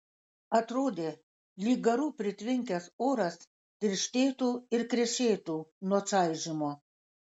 atrodė lyg garų pritvinkęs oras tirštėtų ir krešėtų nuo čaižymo